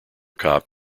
cop